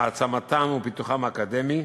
העצמתם ופיתוחם האקדמי,